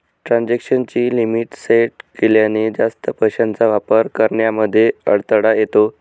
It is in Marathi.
ट्रांजेक्शन ची लिमिट सेट केल्याने, जास्त पैशांचा वापर करण्यामध्ये अडथळा येतो